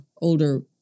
older